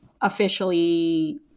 officially